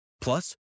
Plus